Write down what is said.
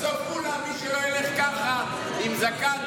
בסוף מי שלא ילך עם זקן,